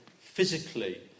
physically